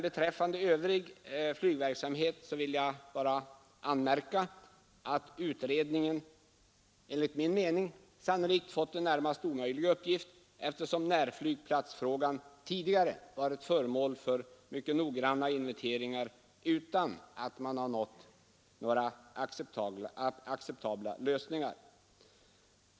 Beträffande övrig flygverksamhet vill jag endast anmärka att utredningen enligt min mening sannolikt fått en närmast omöjlig uppgift, eftersom närflygplatsfrågan tidigare varit föremål för noggranna inventeringar utan att man nått några acceptabla lösningar.